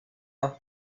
have